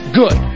good